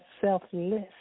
selfless